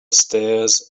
stairs